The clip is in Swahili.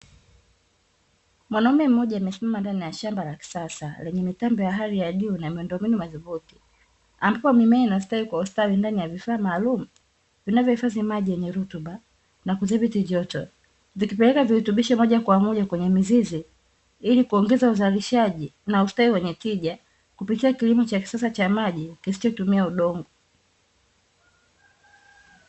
Mwanamme mmoja amesimama ndani ya shamba la kisasa lenye mitambo ya hali ya juu na miundombinu madhubuti, ambapo mimea inastawi kwa ustawi ndani ya vifaa maalumu, vinavyo hifadhi maji yenye rutuba na kudhibiti joto, vikipeleka virutubishi moja kwa moja kwenye mizizi hili kuongeza uzalishaji wenye tija kupitia kilimo cha kisasa cha maji kisichotumia udongo.